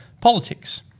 politics